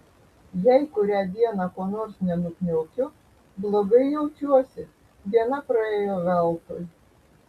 jei kurią dieną ko nors nenukniaukiu blogai jaučiuosi diena praėjo veltui